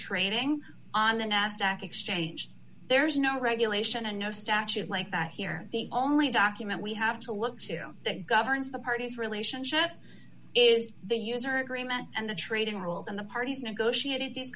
training on the nasdaq exchange there's no regulation and no statute like that here the only document we have to look to that governs the party's relationship is the user agreement and the trading rules and the parties negotiated